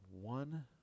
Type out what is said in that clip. one